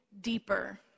deeper